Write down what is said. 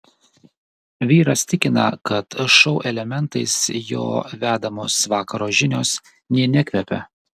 vyras tikina kad šou elementais jo vedamos vakaro žinios nė nekvepia